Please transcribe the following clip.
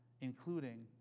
including